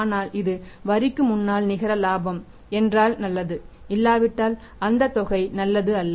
ஆனால் இது வரிக்கு முன்னால் நிக இலாபம் என்றால் நல்லது இல்லாவிட்டால் அந்த தொகை நல்லது அல்ல